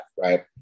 right